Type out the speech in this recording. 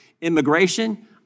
immigration